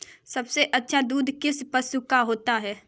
सबसे अच्छा दूध किस पशु का होता है?